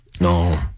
No